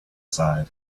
sighed